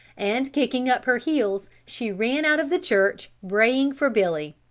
and kicking up her heels she ran out of the church, braying for billy.